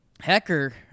Hecker